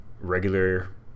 regular